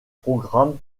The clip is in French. programme